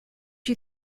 you